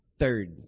third